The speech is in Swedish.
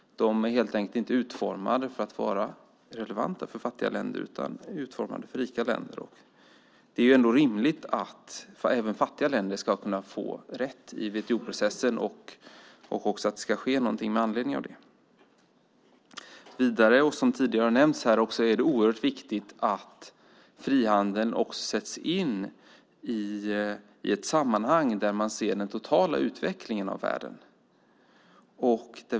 De är helt enkelt inte utformade att vara relevanta för fattiga länder utan är utformade för rika länder. Det är ändå rimligt att även fattiga länder ska få rätt i WTO-processen och att det ska ske något med anledning av det. Som tidigare har nämnts är det oerhört viktigt att frihandeln också sätts in i ett sammanhang där man ser den totala utvecklingen av världen.